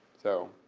so,